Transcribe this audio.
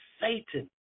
Satan